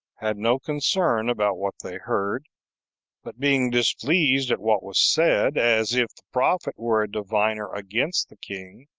had no concern about what they heard but being displeased at what was said, as if the prophet were a diviner against the king,